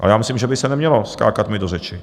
Ale já myslím, že by se nemělo skákat mi do řeči.